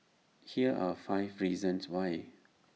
here are five reasons why